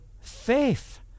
faith